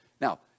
Now